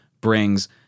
brings